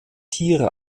tiere